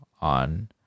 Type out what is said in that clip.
on